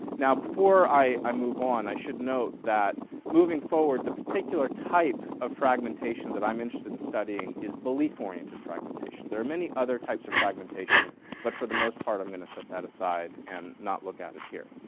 now before i i move on i should note that moving forward the particular type of fragmentation that i'm interested in studying is belief-oriented fragmentation. there are many other types of fragmentation but for the most part, i'm going to set that aside and not look at it here.